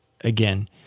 again